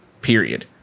period